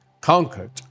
conquered